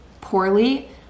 poorly